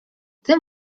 tym